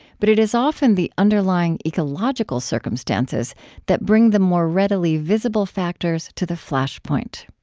but it is often the underlying ecological circumstances that bring the more readily visible factors to the flash point.